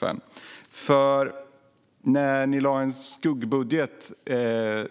När ni förra året, 2018, lade fram den skuggbudget